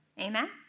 Amen